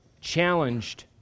challenged